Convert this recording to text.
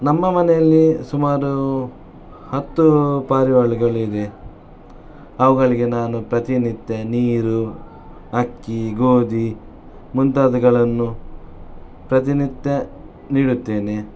ನಮ್ಮ ಮನೆಯಲ್ಲಿ ಸುಮಾರು ಹತ್ತು ಪಾರಿವಾಳಗಳಿದೆ ಅವುಗಳಿಗೆ ನಾನು ಪ್ರತಿನಿತ್ಯ ನೀರು ಅಕ್ಕಿ ಗೋಧಿ ಮುಂತಾದವುಗಳನ್ನು ಪ್ರತಿನಿತ್ಯ ನೀಡುತ್ತೇನೆ